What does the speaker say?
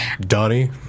Donnie